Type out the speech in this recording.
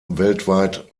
weltweit